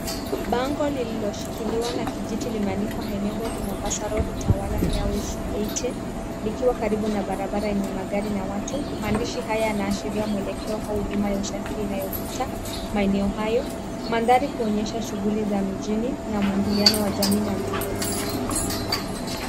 Bango lililoshikiliwa na kijiti limeandikwa Enabled Mombasa Road Utawala Airways 80 likiwa karibu na barabara yenye magari na watu. Maandishi haya yanaashiria mwelekeo au huduma ya usafiri inayopita maeneo hayo. Mandhari huonyesha shughuli za mijini na muingiliano wa jamii na miundombinu.